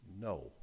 No